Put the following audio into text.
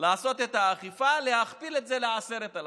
לעשות את האכיפה: להכפיל את זה ל-10,000.